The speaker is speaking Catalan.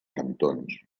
cantons